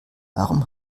warum